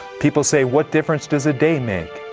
people say, what difference does a day make,